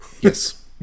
Yes